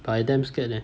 but I damn scared leh